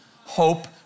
hope